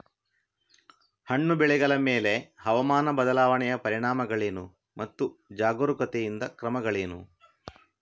ಹಣ್ಣು ಬೆಳೆಗಳ ಮೇಲೆ ಹವಾಮಾನ ಬದಲಾವಣೆಯ ಪರಿಣಾಮಗಳೇನು ಮತ್ತು ಜಾಗರೂಕತೆಯಿಂದ ಕ್ರಮಗಳೇನು?